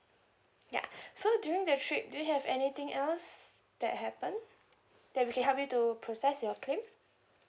ya so during the trip do you have anything else that happened that we can help you to process your claim